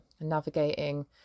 navigating